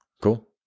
Cool